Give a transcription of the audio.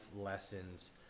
lessons